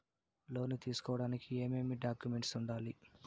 లోను తీసుకోడానికి ఏమేమి డాక్యుమెంట్లు ఉండాలి